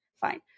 fine